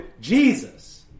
Jesus